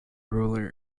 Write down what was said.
ruler